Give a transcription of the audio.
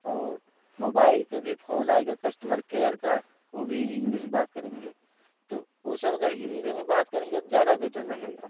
और मोबाइल पर भी फोन आएगा कस्टमर केयर का वो भी इंग्लिश बात करेंगे तो वो सब अगर हिंदी में बात करेंगे ज्यादा बैटर रहेगा